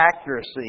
accuracy